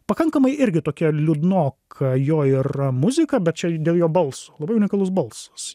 pakankamai irgi tokia liūdnoka jo yra muzika bet čia dėl jo balso labai unikalus balsas